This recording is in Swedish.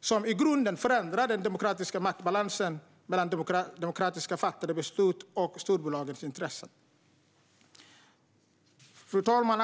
som i grunden förändrar den demokratiska maktbalansen mellan demokratiskt fattade beslut och storbolagens intressen. Fru talman!